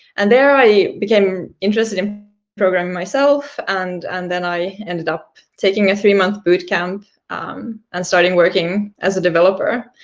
and there i became interested in programming myself, and and then i ended up taking a three-month bootcamp and starting working as a developer.